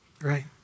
Right